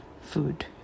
food